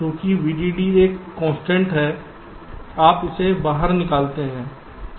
चूंकि VDD एक constant है आप इसे बाहर निकालते हैं